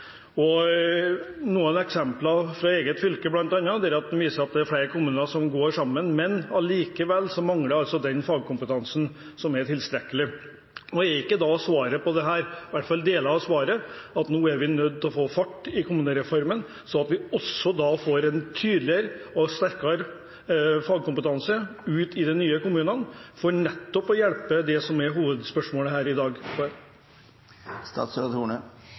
Eksempler fra eget fylke viser at selv om flere kommuner går sammen, mangler allikevel tilstrekkelig fagkompetanse. Er ikke da svaret på dette – i hvert fall del av svaret – at vi nå er nødt til å få fart i kommunereformen, sånn at vi også får en tydeligere og sterkere fagkompetanse ut i de nye kommunene for nettopp å hjelpe dem som hovedspørsmålet her i dag